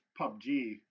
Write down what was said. PUBG